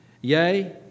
Yea